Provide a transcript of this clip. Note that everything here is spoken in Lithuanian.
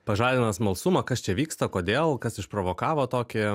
pažadina smalsumą kas čia vyksta kodėl kas išprovokavo tokį